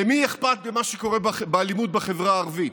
למי אכפת ממה שקורה באלימות בחברה הערבית?